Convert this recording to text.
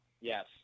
yes